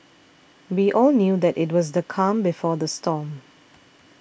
we all knew that it was the calm before the storm